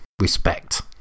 Respect